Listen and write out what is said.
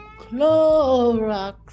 Clorox